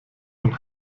von